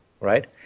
right